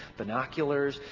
binoculars.